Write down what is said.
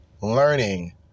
Learning